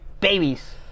babies